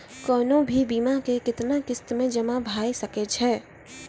कोनो भी बीमा के कितना किस्त मे जमा भाय सके छै?